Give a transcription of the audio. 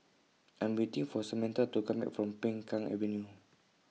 I'm waiting For Samantha to Come Back from Peng Kang Avenue